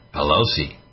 Pelosi